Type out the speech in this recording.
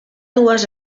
dues